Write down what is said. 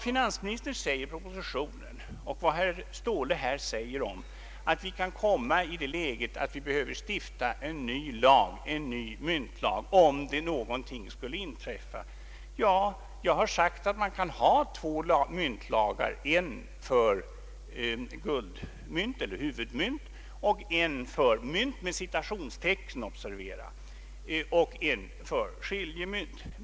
Finansministern säger i propositionen och herr Ståhle anför här att vi kan komma i det läget att vi behöver stifta en ny myntlag, om någonting skulle inträffa. Jag har sagt att det kan finnas två myntlagar, en för ”guldmynt” eller huvudmynt och en för skiljemynt.